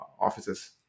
offices